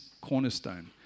cornerstone